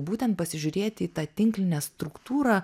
būtent pasižiūrėti į tą tinklinę struktūrą